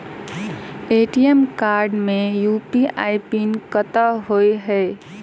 ATM card मे UPI PIN कतह होइ है?